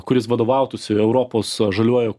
kuris vadovautųsi europos žaliuoju